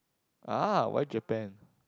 ah why Japan